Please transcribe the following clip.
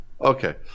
okay